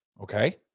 Okay